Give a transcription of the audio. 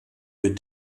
mit